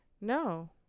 No